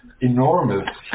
enormous